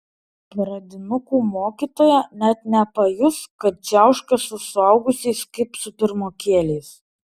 pradinukų mokytoja net nepajus kad čiauška su suaugusiais kaip su pirmokėliais